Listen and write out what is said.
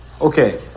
Okay